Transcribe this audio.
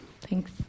Thanks